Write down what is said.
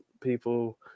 people